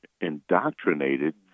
indoctrinated